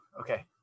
okay